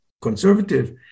conservative